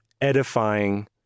edifying